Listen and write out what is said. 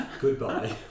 goodbye